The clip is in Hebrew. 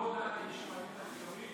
לא הודעת לי שפנית לקריב.